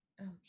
Okay